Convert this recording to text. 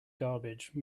garbage